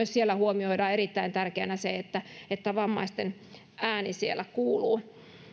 siellä huomioidaan erittäin tärkeänä se että että vammaisten ääni siellä kuuluu